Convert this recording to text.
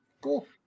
Cool